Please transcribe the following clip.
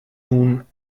nun